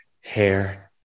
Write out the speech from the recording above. hair